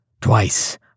Twice